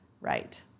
right